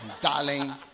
Darling